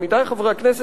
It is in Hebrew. עמיתי חברי הכנסת,